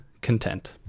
content